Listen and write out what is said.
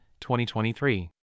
2023